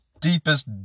deepest